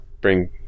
bring